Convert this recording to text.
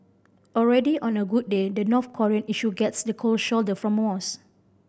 already on a good day the North Korean issue gets the cold shoulder from most